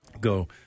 Go